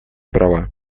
права